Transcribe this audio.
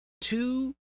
two